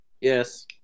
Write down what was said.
Yes